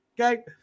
Okay